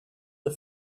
the